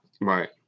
Right